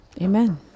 Amen